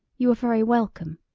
you are very welcome.